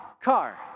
car